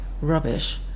rubbish